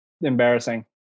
embarrassing